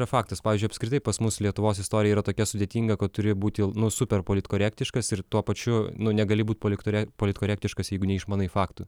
yra faktas pavyzdžiui apskritai pas mus lietuvos istorija yra tokia sudėtinga kad turi būti nu super politkorektiškas ir tuo pačiu nu negali būt poliktore politkorektiškas jeigu neišmanai faktų